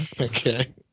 Okay